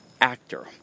actor